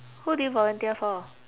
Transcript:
who do you volunteer for